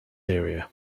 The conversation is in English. area